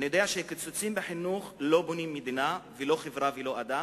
אני יודע שקיצוצים בחינוך לא בונים מדינה ולא חברה ולא אדם.